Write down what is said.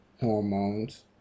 hormones